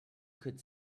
could